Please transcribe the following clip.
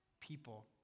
people